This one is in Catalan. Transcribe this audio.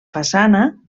façana